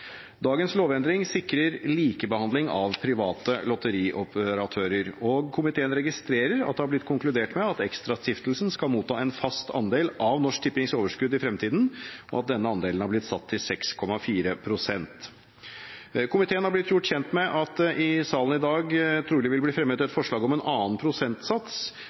Dagens lovendring sikrer likebehandling av private lotterioperatører. Komiteen registrerer at det er blitt konkludert med at ExtraSstiftelsen skal motta en fast andel av Norsk Tippings overskudd i fremtiden, og at denne andelen er satt til 6,4 pst. Komiteen er blitt gjort kjent med at det i salen i dag trolig vil bli fremmet et forslag om en annen prosentsats.